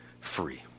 free